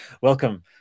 welcome